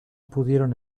pudieron